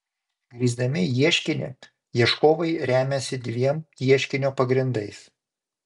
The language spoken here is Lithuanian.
grįsdami ieškinį ieškovai remiasi dviem ieškinio pagrindais